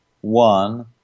one